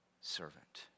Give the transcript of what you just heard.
Servant